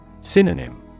Synonym